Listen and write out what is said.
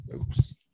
Oops